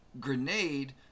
grenade